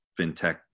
fintech